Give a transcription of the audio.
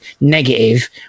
negative